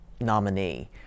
nominee